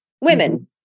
Women